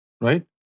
right